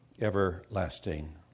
everlasting